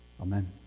Amen